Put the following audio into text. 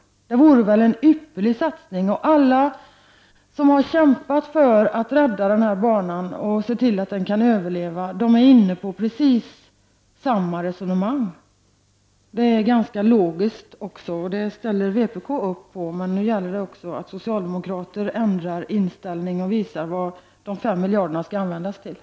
Det vore en ypperlig satsning. Alla som har kämpat för att rädda den här banan är inne på precis samma resonemang, som också är ganska logiskt. Vpk ställer sig bakom resonemanget, men nu gäller det att också socialdemokraterna ändrar inställning och visar vad de 5 miljarderna skall användas till.